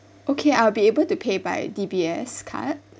okay I'll be able to pay by D_B_S card